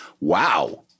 Wow